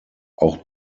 auch